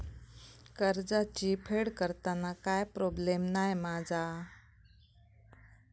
कर्जाची फेड करताना काय प्रोब्लेम नाय मा जा?